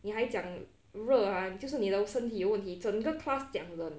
你还讲热 ah 就是你的身体有问题整个 class 讲冷